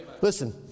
Listen